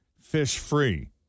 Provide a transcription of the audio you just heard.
fish-free